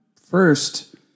first